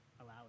allow